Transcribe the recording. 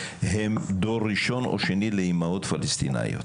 הם דור ראשון או שני לאימהות פלסטינאיות.